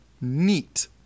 Neat